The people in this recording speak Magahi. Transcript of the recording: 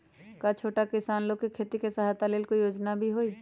का छोटा किसान लोग के खेती सहायता के लेंल कोई योजना भी हई?